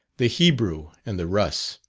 the hebrew and the russ,